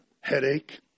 Headache